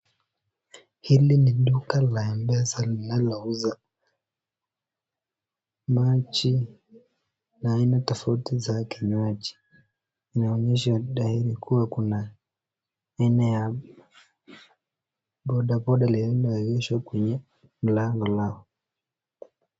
Hili ni duka la mpesa linalouza maji na aina tofauti za kinywaji, inaonyesha dhairi kuwa Kuna aina ya bodaboda iliyoegeshwa kwenye mlango lao.